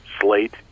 slate